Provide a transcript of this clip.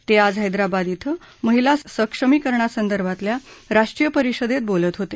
ते आज ह्यावाद इथं महिला सक्षमीकरणासंदर्भातल्या राष्ट्रीय परिषदेत बोलत होते